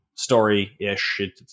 story-ish